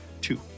Two